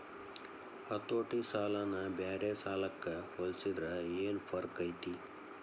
ಹತೋಟಿ ಸಾಲನ ಬ್ಯಾರೆ ಸಾಲಕ್ಕ ಹೊಲ್ಸಿದ್ರ ಯೆನ್ ಫರ್ಕೈತಿ?